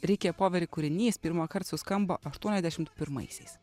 rikė poveri kūrinys pirmąkart suskambo aštuoniasdešimt pirmaisiais